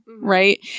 right